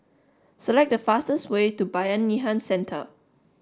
select the fastest way to Bayanihan Centre